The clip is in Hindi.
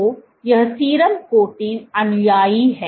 तो यह सीरम कोटिंग अनुयायी है